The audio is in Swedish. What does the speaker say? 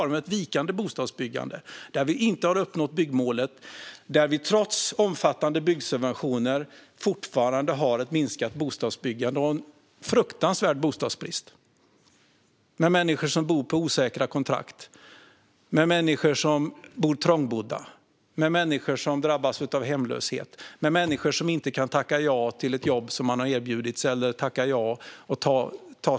Det är en situation med vikande bostadsbyggande, där vi inte har uppnått byggmålet och trots omfattande byggsubventioner fortfarande har ett minskat bostadsbyggande och en fruktansvärd bostadsbrist, med människor som har osäkra kontrakt, är trångbodda, drabbas av hemlöshet eller kanske inte kan tacka ja till jobb eller studieplatser som de erbjuds.